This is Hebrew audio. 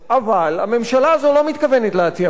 אבל הממשלה הזאת לא מתכוונת להציע פתרונות.